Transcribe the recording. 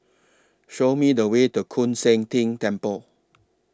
Show Me The Way to Koon Seng Ting Temple